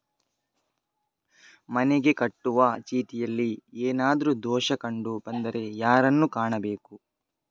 ಮನೆಗೆ ಕಟ್ಟುವ ಚೀಟಿಯಲ್ಲಿ ಏನಾದ್ರು ದೋಷ ಕಂಡು ಬಂದರೆ ಯಾರನ್ನು ಕಾಣಬೇಕು?